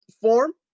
form